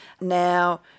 Now